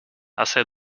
hace